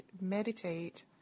meditate